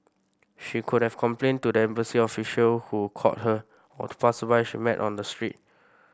she could have complained to the embassy official who called her or to passersby she met on the street